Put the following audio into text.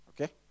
okay